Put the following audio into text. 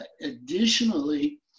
Additionally